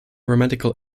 grammatical